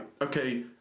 okay